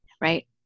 right